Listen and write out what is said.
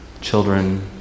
children